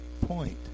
point